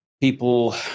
people